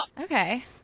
Okay